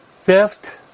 Fifth